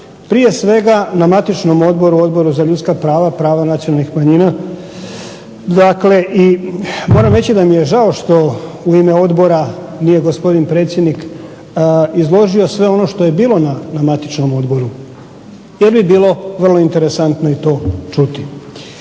prije svega na matičnom odboru, Odboru za ljudska prava, prava nacionalnih manjina, dakle i moram reći da mi je žao što u ime odbora nije gospodin predsjednik izložio sve ono što je bilo na matičnom odboru, jer bi bilo vrlo interesantno i to čuti.